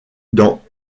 dans